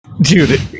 Dude